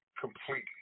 completely